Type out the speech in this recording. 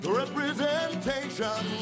representation